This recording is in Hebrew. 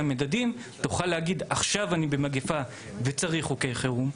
תוכל להגיד: "עכשיו אני במגיפה ולכן צריך חוקי חירום,